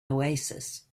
oasis